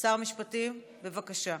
שר המשפטים, בבקשה.